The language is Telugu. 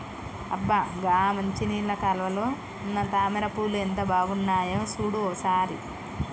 అబ్బ గా మంచినీళ్ళ కాలువలో ఉన్న తామర పూలు ఎంత బాగున్నాయో సూడు ఓ సారి